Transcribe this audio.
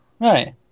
Right